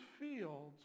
fields